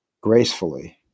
gracefully